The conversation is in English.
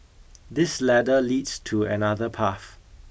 this ladder leads to another path